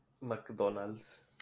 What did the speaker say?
McDonald's